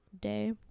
day